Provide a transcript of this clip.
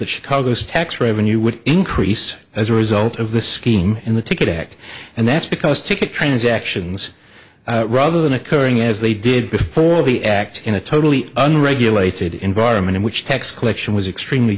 that chicago's tax revenue would increase as a result of the scheme in the ticket act and that's because ticket transactions rather than occurring as they did before the act in a totally unregulated environment in which tax collection was extremely